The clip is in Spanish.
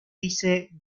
dice